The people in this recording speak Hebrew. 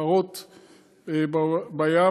הפרות בים,